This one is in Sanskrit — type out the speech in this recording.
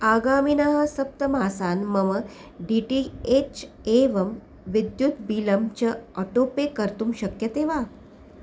आगामिनः सप्तमासान् मम डी टी एच् एवं विद्युत् बिलं च आटो पे कर्तुं शक्यते वा